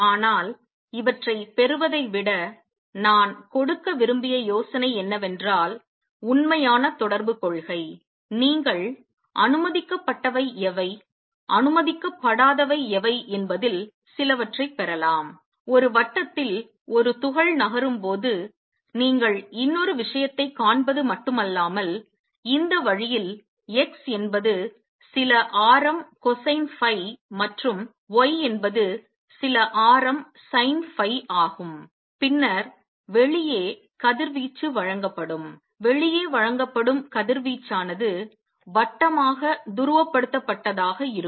ஆனால் இவற்றைப் பெறுவதை விட நான் கொடுக்க விரும்பிய யோசனை என்னவென்றால் உண்மையான தொடர்புக் கொள்கை நீங்கள் அனுமதிக்கப்பட்டவை எவை அனுமதிக்கப்படாதவை எவை என்பதில் சிலவற்றைப் பெறலாம் ஒரு வட்டத்தில் ஒரு துகள் நகரும் போது நீங்கள் இன்னொரு விஷயத்தைக் காண்பது மட்டுமல்லாமல் இந்த வழியில் x என்பது சில ஆரம் cosine phi மற்றும் y என்பது சில ஆரம் sin phi ஆகும் பின்னர் வெளியே கதிர்வீச்சு வழங்கப்படும் வெளியே வழங்கப்படும் கதிர்வீச்சானது வட்டமாக துருவப்படுத்தப்பட்டதாக இருக்கும்